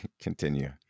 continue